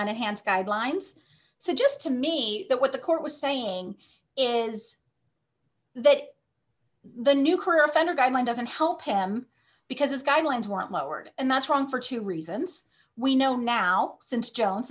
it hands guidelines suggest to me that what the court was saying is that the new career offender guideline doesn't help him because his guidelines weren't lowered and that's wrong for two reasons we know now since jones